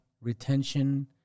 retention